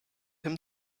him